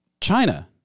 China